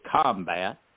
combat